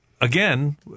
again